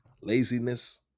laziness